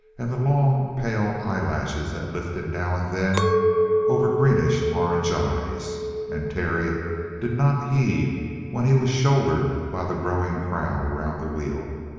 and the long, pale eyelashes that lifted now and then over greenish-orange eyes. and terry did not heed when he was shouldered by the growing crowd around the wheel.